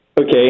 Okay